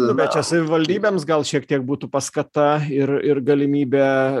bet čia savivaldybėms gal šiek tiek būtų paskata ir ir galimybė